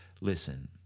Listen